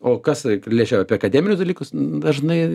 o kas liečia apie akademinius dalykus dažnai